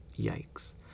yikes